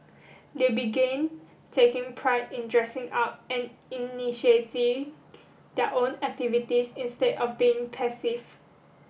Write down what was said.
they began taking pride in dressing up and initiating their own activities instead of being passive